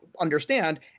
understand